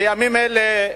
בימים אלה,